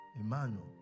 Emmanuel